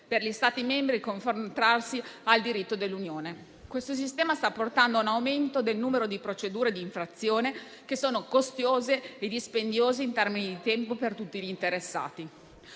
per gli Stati membri conformarsi al diritto dell'Unione e inoltre sta portando a un aumento del numero di procedure di infrazione, che sono costose e dispendiose in termini di tempo per tutti gli interessati.